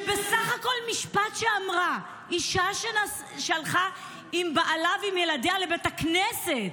כשבסך הכול משפט שאמרה אישה שהלכה עם בעלה ועם ילדיה לבית הכנסת,